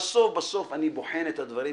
בסוף בסוף אני בוחן את הדברים,